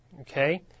okay